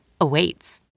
awaits